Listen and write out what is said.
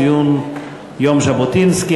ציון יום ז'בוטינסקי.